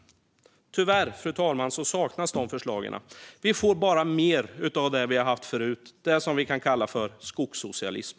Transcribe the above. Tyvärr, fru talman, saknas de förslagen. Vi får bara mer av det vi har haft förut: det som vi kan kalla för skogssocialism.